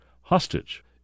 hostage